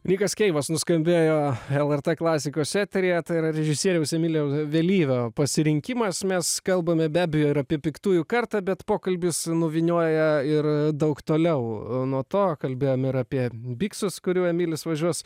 nikas keivas nuskambėjo lrt klasikos eteryje tai yra režisieriaus emilio vėlyvio pasirinkimas mes kalbame be abejo ir apie piktųjų kartą bet pokalbis nuvynioja ir daug toliau nuo to kalbėjom ir apie biksus kurių emilis važiuos